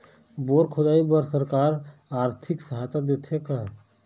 Bore खोदाई बर सरकार आरथिक सहायता देथे का?